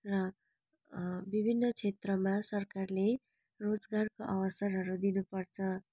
र विभिन्न क्षेत्रमा सरकारले रोजगारको अवसरहरू दिनु पर्छ